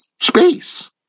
space